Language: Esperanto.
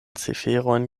ciferojn